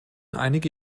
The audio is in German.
einige